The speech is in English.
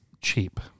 cheap